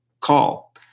call